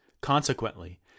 consequently